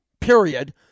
period